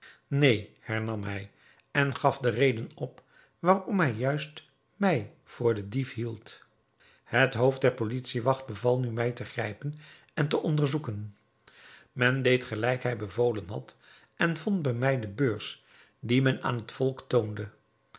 neen hernam hij en gaf de redenen op waarom hij juist mij voor den dief hield het hoofd der politiewacht beval nu mij te grijpen en te onderzoeken men deed gelijk hij bevolen had en vond bij mij de beurs die men aan het volk toonde